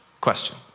question